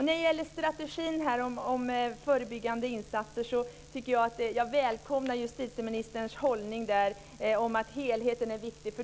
När det gäller strategin om förebyggande insatser välkomnar jag justitieministerns hållning, att helheten är viktig.